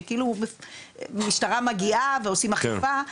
שכאילו משטרה מגיעה ועושים אכיפה,